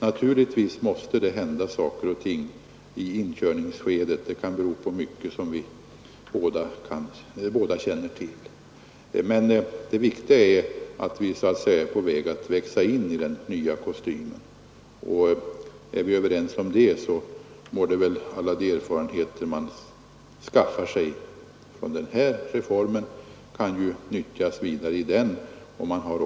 Naturligtvis måste det hända saker och ting i inkörningsskedet. Det kan bero på mycket, som vi båda känner till. Men det viktiga är att vi är på väg att växa i den nya kostymen. Alla de erfarenheter vi skaffar oss från den här reformen kan ju sedan nyttjas i andra sammanhang.